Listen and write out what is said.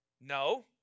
No